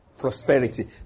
Prosperity